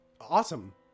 Awesome